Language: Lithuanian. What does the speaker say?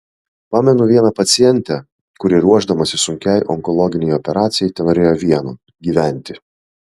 pamenu vieną pacientę kuri ruošdamasi sunkiai onkologinei operacijai tenorėjo vieno gyventi